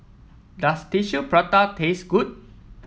does Tissue Prata taste good